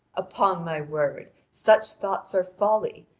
upon my word, such thoughts are folly,